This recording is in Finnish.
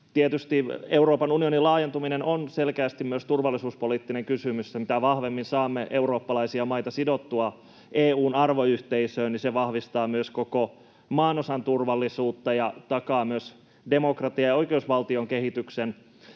Tietysti Euroopan unionin laajentuminen on selkeästi myös turvallisuuspoliittinen kysymys, ja mitä vahvemmin saamme eurooppalaisia maita sidottua EU:n arvoyhteisöön, niin se vahvistaa myös koko maanosan turvallisuutta ja takaa myös demokratian ja oikeusvaltion kehityksen.